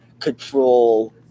Control